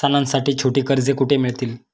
सणांसाठी छोटी कर्जे कुठे मिळतील?